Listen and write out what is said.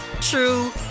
true